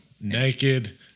Naked